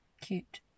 cute